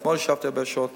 אתמול ישבתי הרבה שעות,